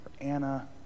Anna